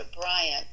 Bryant